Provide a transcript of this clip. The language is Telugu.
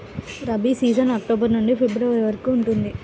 రబీ సీజన్ అక్టోబర్ నుండి ఫిబ్రవరి వరకు ఉంటుంది